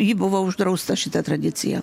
ji buvo uždrausta šita tradicija